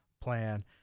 plan